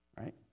right